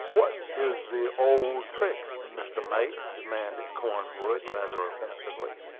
what is the old trick, mr. mate? demanded cornwood, rather offensively.